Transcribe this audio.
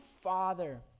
father